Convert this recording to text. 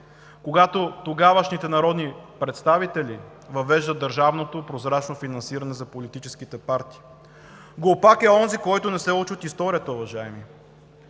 когато тогавашните народни представители въвеждат държавното прозрачно финансиране за политическите партии. Глупак е онзи, който не се учи от историята, уважаеми!